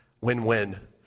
win-win